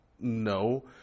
No